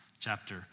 Chapter